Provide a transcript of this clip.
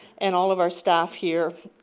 and all of our staff here.